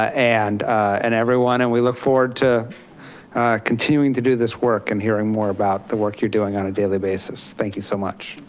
and and everyone and we look forward to continuing to do this work and hearing more about the work you're doing on a daily basis, thank you so much.